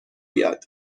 بیاد